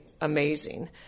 amazing